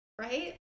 Right